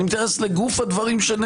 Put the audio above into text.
אני מתייחס לגוף הדברים שנאמרו,